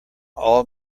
all